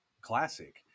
classic